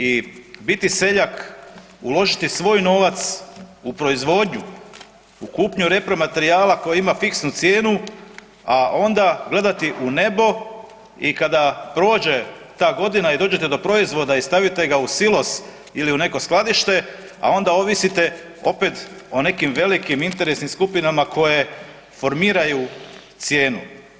I biti seljak, uložiti svoj novac u proizvodnju, u kupnju repromaterijala koji ima fiksnu cijenu a onda gledati u nebo i kada prođe ta godina i dođete do proizvoda i stavite ga u silos ili u neko skladište, a onda ovisite opet o nekim velikim interesnim skupinama koje formiraju cijenu.